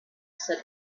said